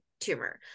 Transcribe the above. tumor